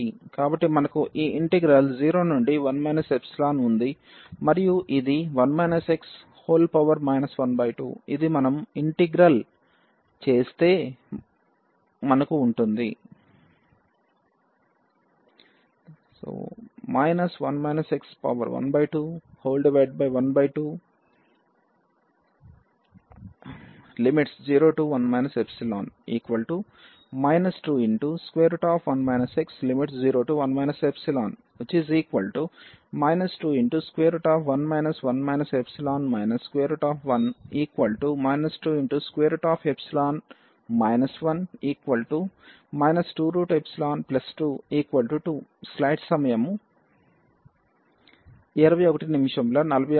కాబట్టి మనకు ఈ ఇంటిగ్రల్ 0 నుండి 1 ϵ ఉంది మరియు ఇది 1 x 12 ఇది మనం ఇంటిగ్రల్చేస్తే మనకు ఉంటుంది 1 x121201 ϵ 21 x01 ϵ 2√1 1 ϵ √1 2√ϵ 1